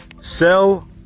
Sell